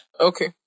Okay